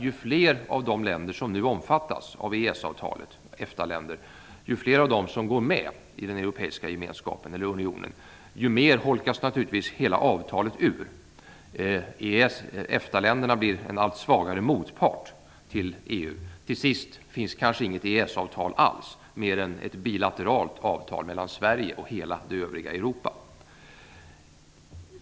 Ju fler av de EFTA-länder som nu omfattas av EES avtalet som går med i den europeiska unionen, desto mer urholkas naturligtvis hela avtalet. EFTA länderna blir en allt svagare motpart till EU. Till sist finns kanske inte något EES-avtal alls mer än ett bilateralt avtal mellan Sverige och hela det övriga Europa.